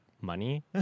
money